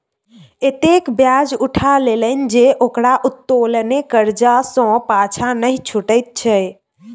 एतेक ब्याज उठा लेलनि जे ओकरा उत्तोलने करजा सँ पाँछा नहि छुटैत छै